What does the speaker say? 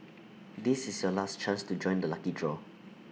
this is your last chance to join the lucky draw